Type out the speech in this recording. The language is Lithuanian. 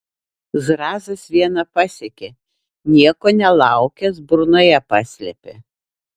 zrazas vieną pasiekė nieko nelaukęs burnoje paslėpė